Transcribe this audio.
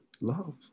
love